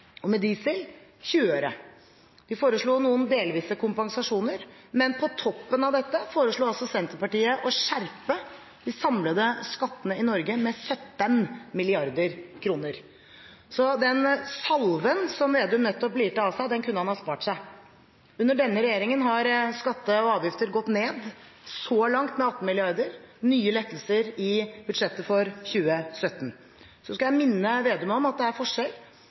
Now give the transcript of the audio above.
og på diesel med 20 øre. De foreslo noe delvis kompensasjon, men på toppen av dette foreslo altså Senterpartiet å skjerpe de samlede skattene i Norge med 17 mrd. kr. Så den salven som Slagsvold Vedum nettopp lirte av seg, kunne han ha spart seg. Under denne regjeringen har skatter og avgifter gått ned, så langt med 18 mrd. kr, og det er nye lettelser i budsjettet for 2017. Så skal jeg minne Slagsvold Vedum om at det er forskjell